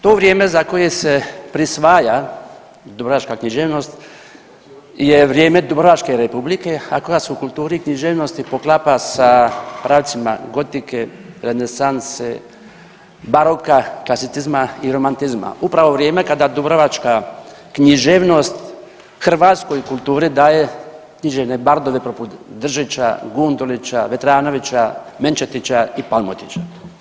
To vrijeme za koje se prisvaja dubrovačka književnost je vrijeme Dubrovačke Republike, a koja se u kulturi književnosti poklapa sa pravcima gotike, renesanse, baroka, klasicizma i romantizma, upravo u vrijeme kada dubrovačka književnost hrvatskoj kulturi daje književne bardove poput Držića, Gundulića, Vetranovića, Menčetića i Palmotića.